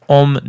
om